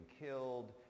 killed